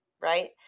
right